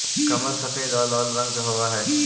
कमल सफेद और लाल रंग के हवअ हई